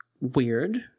weird